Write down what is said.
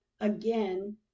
Again